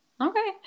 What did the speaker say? Okay